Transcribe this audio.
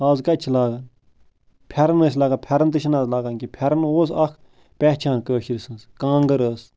اَز کَتہِ چھِ لاگان پھٮ۪رن ٲسۍ لاگان پھٮ۪رن تہِ چھِنہٕ لاگان کیٚنٛہہ پھٮ۪رن اوس اَکھ پہچان کٲشِرس سٕنٛز کانگٔر ٲس